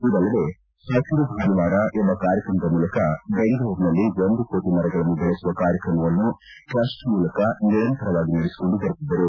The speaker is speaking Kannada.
ಇದಲ್ಲದೆ ಹಸಿರು ಭಾನುವಾರ ಎಂಬ ಕಾರ್ಯಕ್ರಮದ ಮೂಲಕ ಬೆಂಗಳೂರಿನಲ್ಲಿ ಒಂದು ಕೋಟಿ ಮರಗಳನ್ನು ಬೆಳೆಸುವ ಕಾರ್ಯಕ್ರಮವನ್ನು ಟ್ರಿಸ್ಟ್ ಮೂಲಕ ನಿರಂತರವಾಗಿ ನಡೆಸಿಕೊಂಡು ಬರುತ್ತಿದ್ದರು